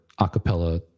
acapella